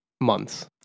months